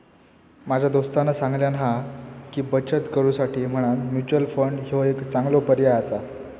माझ्या दोस्तानं सांगल्यान हा की, बचत करुसाठी म्हणान म्युच्युअल फंड ह्यो एक चांगलो पर्याय आसा